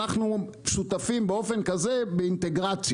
אחנו שותפים באופן כזה באינטגרציות.